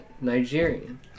Nigerian